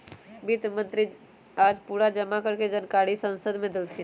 वित्त मंत्री आज पूरा जमा कर के जानकारी संसद मे देलथिन